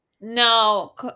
No